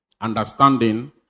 understanding